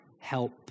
help